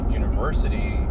university